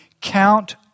count